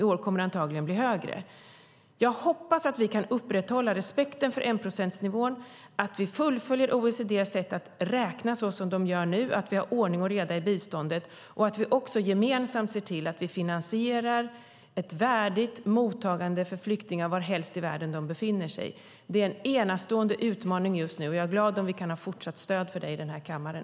I år kommer det antagligen att bli mer. Jag hoppas att vi kan upprätthålla respekten för enprocentsnivån, att vi fullföljer OECD:s sätt att räkna och att vi har ordning och reda i biståndet och gemensamt ser till att vi finansierar ett värdigt mottagande för flyktingar varhelst i världen de befinner sig. Det är en enastående utmaning, och jag är glad om vi fortsatt kan ha stöd för det här i kammaren.